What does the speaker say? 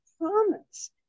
promise